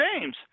James